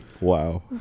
Wow